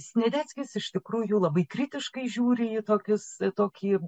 sniadeckis iš tikrųjų labai kritiškai žiūri į tokius tokį